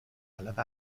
علف